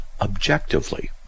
objectively